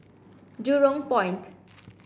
Jurong Point